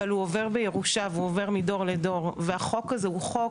אבל הוא עובר בירושה והוא עובר מדור לדור והחוק הזה הוא חוק,